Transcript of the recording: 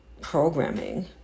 programming